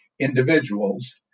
individuals